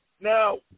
now